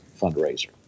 fundraiser